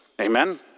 Amen